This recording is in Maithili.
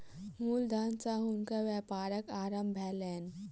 मूल धन सॅ हुनकर व्यापारक आरम्भ भेलैन